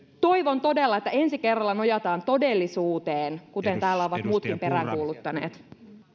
toivon todella että ensi kerralla nojataan todellisuuteen kuten täällä ovat muutkin peräänkuuluttaneet